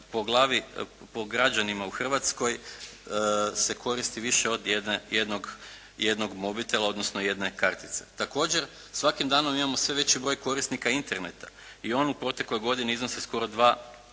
po građanima u Hrvatskoj se koristi više od jedne, jednog, jednog mobitela odnosno jedne kartice. Također svakim danom imamo sve veći broj korisnika Interneta i on u protekloj godini iznosi skoro 2